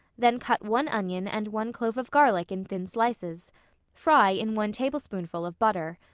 then cut one onion and one clove of garlic in thin slices fry in one tablespoonful of butter.